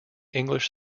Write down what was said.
english